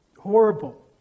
horrible